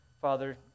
Father